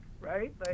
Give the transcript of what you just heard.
right